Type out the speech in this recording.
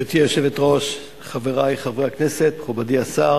גברתי היושבת-ראש, חברי חברי הכנסת, מכובדי השר